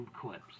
clips